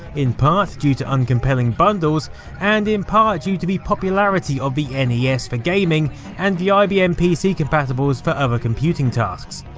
in part due to uncompelling bundles and in part due to the popularity of the yeah nes for gaming and the ibm pc compatibles for other computing tasks.